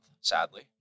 sadly